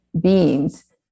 beings